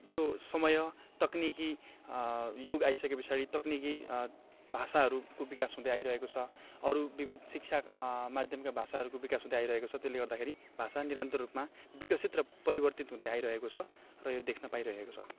यो समय तक्निकी युग आइसके पछाडि तक्निकी भाषाहरूको विकास हुँदै आइरहेको छ अरू विविध शिक्षा माध्यमका भाषाहरूको विकास हुँदै आइरहेको छ त्यसले गर्दखेरि भाषा निरन्तररूपमा विकसित र परिवर्तित हुँदै आइरहेको छ र यो देख्न पाइरहेको छ